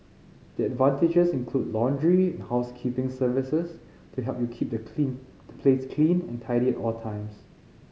the advantages include laundry and housekeeping services to help you keep the clean the place clean and tidy at all times